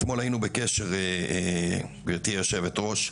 אתמול היינו בקשר גבירתי היו"ר,